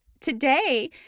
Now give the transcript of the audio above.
today